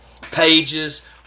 pages